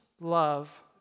love